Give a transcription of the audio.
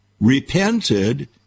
repented